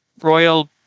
royal